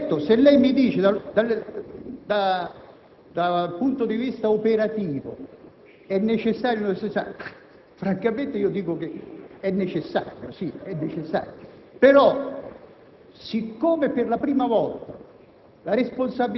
Il punto è questo, sostanzialmente questo. Certo, se lei mi chiede se dal punto di vista operativo ciò sia necessario, francamente dico che è necessario, sì. Però, siccome per